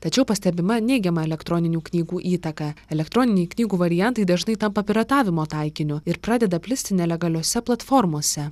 tačiau pastebima neigiama elektroninių knygų įtaka elektroniniai knygų variantai dažnai tampa piratavimo taikiniu ir pradeda plisti nelegaliose platformose